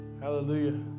Hallelujah